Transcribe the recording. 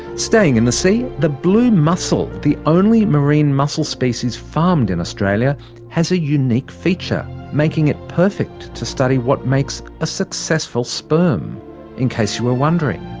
staying in the sea the blue mussel the only marine mussel species farmed in australia has a unique feature making it perfect to study what makes a successful sperm in case you were wondering.